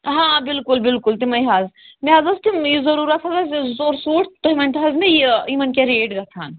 ہاں بِلکُل بِلکُل تِمٕے حظ مےٚ حظ ٲسۍ تِم یہِ ضروٗرَت حظ ٲسۍ زٕ ژور سوٗٹ تُہۍ ؤنۍتَو حظ مےٚ یہِ یِمن کیٛاہ ریٚٹ گَژھان